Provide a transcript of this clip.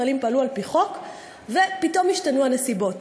ישראלים פעלו על-פי חוק ופתאום השתנו הנסיבות.